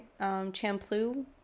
Champlu